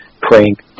Crank